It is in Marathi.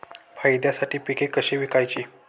फायद्यासाठी पिके कशी विकायची?